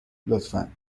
لطفا